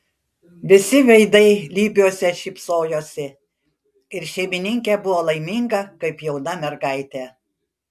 visi veidai lybiuose šypsojosi ir šeimininkė buvo laiminga kaip jauna mergaitė